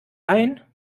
ein